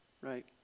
Right